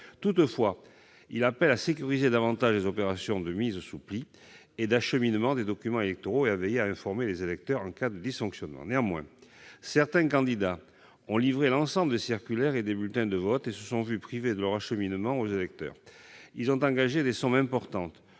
Toutefois, il a appelé à sécuriser davantage les opérations de mise sous pli et d'acheminement des documents électoraux et à veiller à informer les électeurs en cas de dysfonctionnements. Néanmoins, certains candidats ont livré l'ensemble des circulaires et bulletins de vote et ont été privés de leur acheminement aux électeurs. Ils ont engagé des sommes importantes,